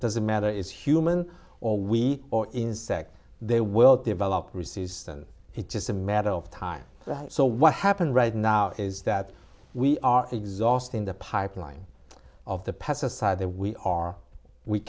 doesn't matter is human or wheat or insect they will develop resistance it just a matter of time so what happened right now is that we are exhausting the pipeline of the pesticide that we are we